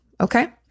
okay